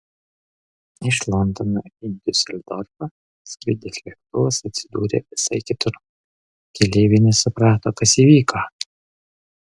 iš londono į diuseldorfą skridęs lėktuvas atsidūrė visai kitur keleiviai nesuprato kas įvyko